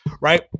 right